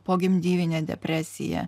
pogimdyvinė depresija